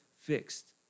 fixed